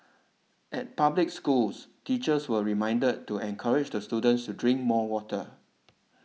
at public schools teachers were reminded to encourage the students to drink more water